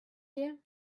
here